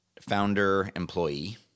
founder-employee